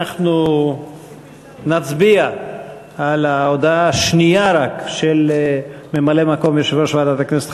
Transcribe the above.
אנחנו נצביע רק על ההודעה השנייה של ממלא-מקום יושב-ראש ועדת הכנסת,